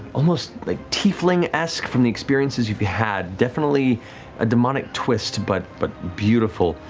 almost like tieflingesque, from the experiences you've had, definitely a demonic twist, but but beautiful.